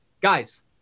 guys